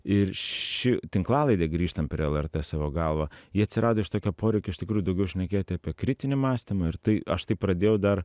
ir ši tinklalaidė grįžtant prie lrt savo galva ji atsirado iš tokio poreikio iš tikrųjų daugiau šnekėti apie kritinį mąstymą ir tai aš tai pradėjau dar